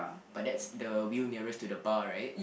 but that's the will nearest to the bar right